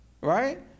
right